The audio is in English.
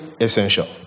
essential